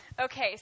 Okay